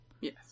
Yes